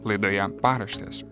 laidoje paraštės